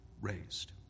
raised